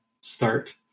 start